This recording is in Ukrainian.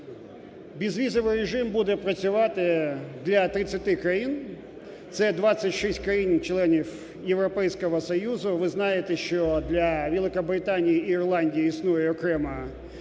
Безвізовий режим буде працювати для 30 країн, це 26 країн-членів Європейського Союзу. Ви знаєте, що для Великобританії і Ірландії існує окрема